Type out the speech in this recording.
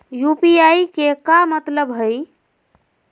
UPI के का मतलब हई?